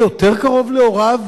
היא שיהיה יותר קרוב להוריו,